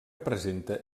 presenta